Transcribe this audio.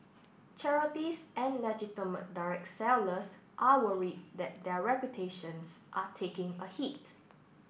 charities and legitimate direct sellers are worried that their reputations are taking a hit